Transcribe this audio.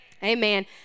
amen